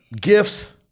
Gifts